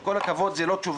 עם כל הכבוד, זה לא תשובה.